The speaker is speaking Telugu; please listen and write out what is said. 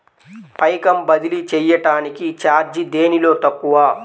పైకం బదిలీ చెయ్యటానికి చార్జీ దేనిలో తక్కువ?